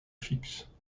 fixe